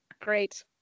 great